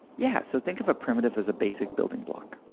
yeah. so think of a primitive as a basic building block.